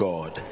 God